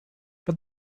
but